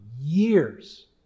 years